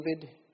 David